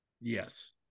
Yes